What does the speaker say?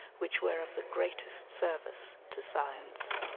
which were of the greatest service to science.